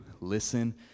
Listen